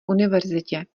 univerzitě